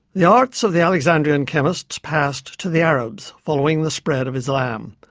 the arts of the alexandrian chemists passed to the arabs following the spread of islam,